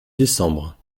décembre